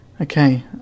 Okay